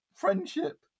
friendship